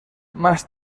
más